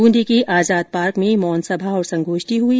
बूंदी के आजाद पार्क में मौन सभा और संगोष्ठी हुई